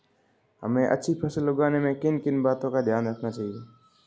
हमें अच्छी फसल उगाने में किन किन बातों का ध्यान रखना चाहिए?